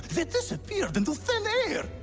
it disappeared into thin air.